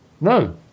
No